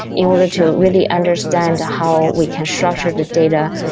in order to really understand how we can structure the data.